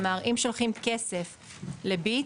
כלומר, אם שולחים כסף ל"ביט",